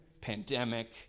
pandemic